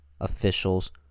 Officials